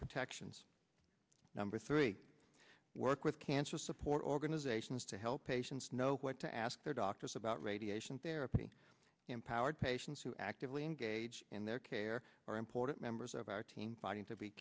protections number three work with cancer support organizations to help patients know what to ask their doctors about radiation therapy empowered patients who actively engage in their care are important members of our team fighting to be